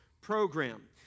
program